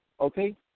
okay